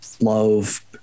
love